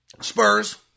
Spurs